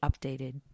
updated